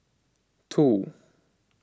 two